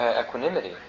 equanimity